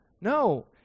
No